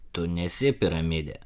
tu nesi piramidė